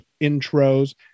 intros